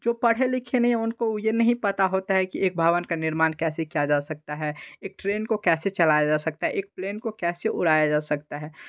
जो पढ़े लिखे नहीं उनको यह नहीं पता होता है कि एक भवन का निर्माण कैसे किया जा सकता है एक ट्रेन को कैसे चलाया जा सकता है एक प्लेन को कैसे उड़ाया जा सकता है